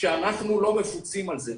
כשאנחנו לא מפוצים על זה.